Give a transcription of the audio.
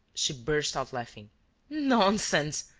she burst out laughing nonsense!